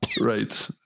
Right